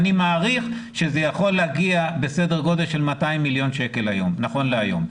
אני מעריך שזה יכול להגיע לסדר גודל של 200 מיליון שקלים נכון להיום.